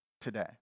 today